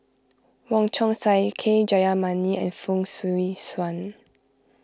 Wong Chong Sai K Jayamani and Fong Swee Suan